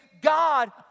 God